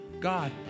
God